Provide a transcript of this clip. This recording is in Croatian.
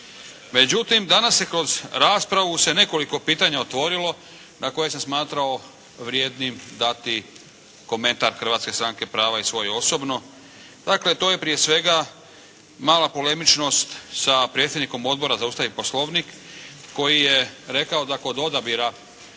Međutim, danas se kroz raspravu se nekoliko pitanja otvorilo na koja sam smatrao vrijednim dati komentar Hrvatske stranke prava i svoj osobno. Dakle, to je prije svega mala polemičnost sa predsjednikom Odbora za Ustav i Poslovnik koji je rekao da kod odabira